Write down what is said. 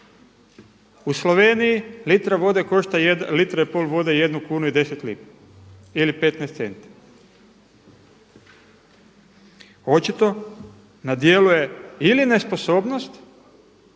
U Sloveniji litra vode košta, 1,5 litra vode 1,10 kuna ili 15 centi. Očito na djelu je ili nesposobnost